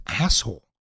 asshole